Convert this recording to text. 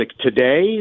today